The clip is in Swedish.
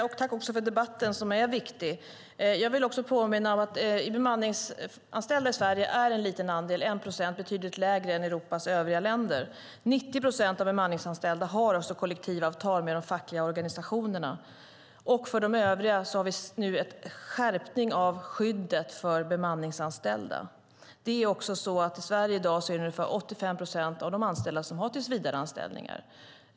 Fru talman! Tack för debatten; den är viktig. Jag vill påminna om att bemanningsanställda är en liten andel i Sverige. Det är en procent, vilket är betydligt mindre än i Europas övriga länder. 90 procent av de bemanningsanställda har kollektivavtal med de fackliga organisationerna. För de övriga har vi nu en skärpning av skyddet för bemanningsanställda. I Sverige har i dag ungefär 85 procent av de anställda tillsvidareanställningar.